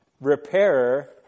Repairer